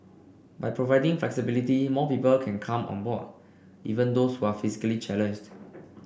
by providing flexibility more people can come on board even those who are physically challenged